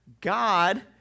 God